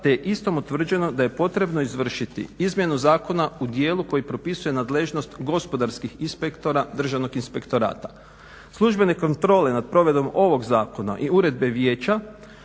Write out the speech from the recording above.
te je istom utvrđeno da je potrebno izvršiti izmjenu zakona u djelu koji propisuje nadležnost gospodarskih inspektora državnog inspektorata. Službene kontrole nad provedbom ovog zakona i uredbe vijeća,